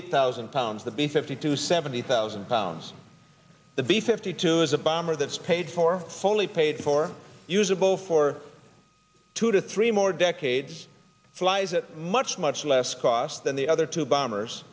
thousand pounds the b fifty two seventy thousand pounds the b fifty two is a bomber that's paid for fully paid for usable for two to three more decades flies that much much less cost than the other two bombers